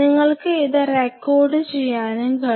നിങ്ങൾക്ക് ഇത് റെക്കോർഡു ചെയ്യാനും കഴിയും